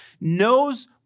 knows